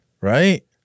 Right